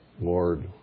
Lord